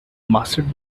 mastered